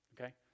Okay